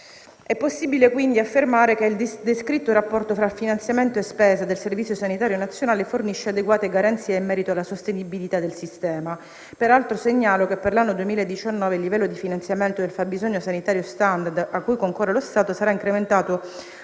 È possibile quindi affermare che il descritto il rapporto tra finanziamento e spesa del Servizio sanitario nazionale fornisce adeguate garanzie in merito alla sostenibilità del sistema. Peraltro segnalo che per l'anno 2019 il livello di finanziamento del fabbisogno sanitario *standard* a cui concorre lo Stato sarà incrementato